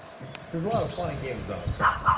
there's a lot of fun and games with donald trump.